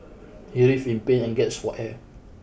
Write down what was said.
he writhed in pain and gasped for air